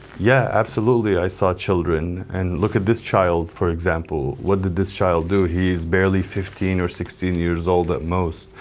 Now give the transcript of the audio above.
yeah, absolutely. i saw children, and look at this child for example. what did this child do? he's barely fifteen or sixteen years old at most.